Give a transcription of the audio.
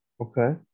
Okay